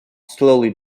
slowly